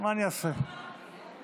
אין סיכוי שאתה שומע אותי, אני לא דיברתי.